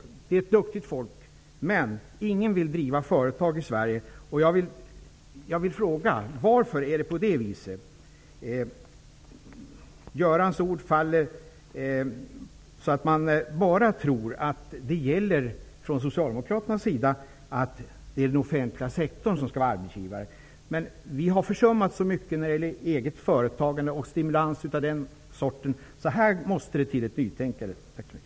Svenskarna är ett duktigt folk, men ingen vill driva företag i Sverige. Varför är det på det viset? Göran Magnussons ord faller så, att man tror att det enda som gäller för Socialdemokraterna är att den offentliga sektorn skall vara arbetsgivare. Vi har försummat så mycket när det gäller eget företagande och stimulans av sådan verksamhet att det måste till ett nytänkande. Tack så mycket!